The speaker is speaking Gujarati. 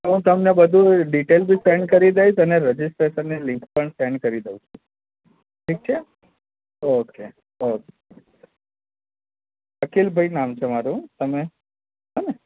હું તમને બધું ડિટેલ બી સેન્ડ કરી દઈશ અને રજિસ્ટ્રેશનની લિંક પણ સેન્ડ કરી દઉં છું ઠીક છે ઓકે ઓકે અખિલભાઈ નામ છે મારું તમે હેં ને